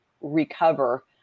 recover